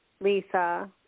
Lisa